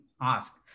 ask